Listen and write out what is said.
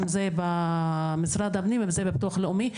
אם זה במשרד הפנים ואם זה בביטוח לאומי,